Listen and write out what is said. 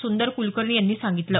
सुंदर कुलकर्णी यांनी सांगितलं